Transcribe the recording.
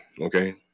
okay